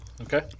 Okay